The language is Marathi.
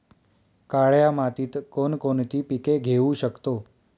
काळ्या मातीत कोणकोणती पिके घेऊ शकतो?